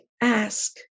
ask